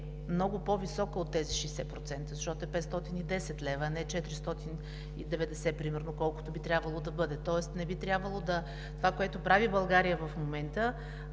много по-висока от тези 60%, защото е 510 лв., а не 490 лв., примерно, колкото би трябвало да бъде, тоест това, което прави България в момента,